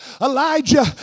Elijah